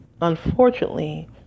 unfortunately